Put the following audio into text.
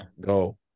go